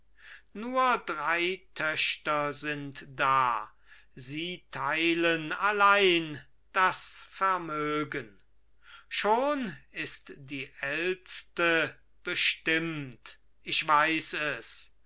nur drei töchter sind da sie teilen allein das vermögen schon ist die ältste bestimmt ich weiß es